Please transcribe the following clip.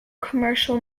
commercial